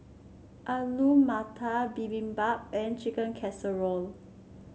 Alu Matar Bibimbap and Chicken Casserole